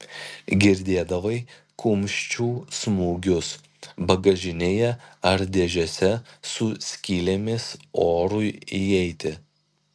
girdėdavai kumščių smūgius bagažinėje ar dėžėse su skylėmis orui įeiti